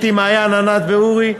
אתי, מעיין, ענת ואורי.